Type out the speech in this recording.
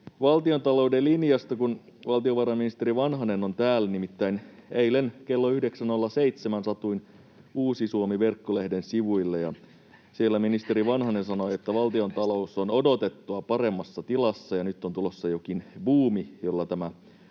valtiontalouden linjasta, kun valtiovarainministeri Vanhanen on täällä. Nimittäin eilen kello 9.07 satuin Uusi-Suomi-verkkolehden sivuille, ja siellä ministeri Vanhanen sanoi, että valtiontalous on odotettua paremmassa tilassa ja että nyt on tulossa jokin buumi, jolla tämä